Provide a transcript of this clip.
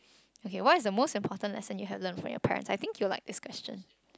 okay what is the most important lesson you have learned from your parents I think you would like this question